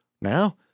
Now